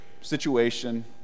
situation